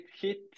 hit